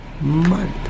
month